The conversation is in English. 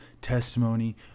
testimony